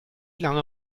lange